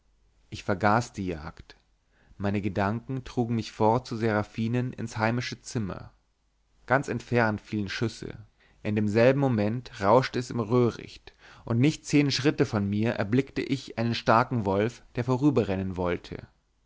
ich vergaß die jagd meine gedanken trugen mich fort zu seraphinen ins heimische zimmer ganz entfernt fielen schüsse in demselben moment rauschte es im röhricht und nicht zehn schritte von mir erblickte ich einen starken wolf der vorüberrennen wollte